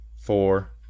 four